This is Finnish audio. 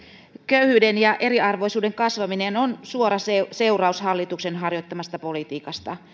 köyhyyden ja eriarvoisuuden kasvaminen on suora seuraus hallituksen harjoittamasta politiikasta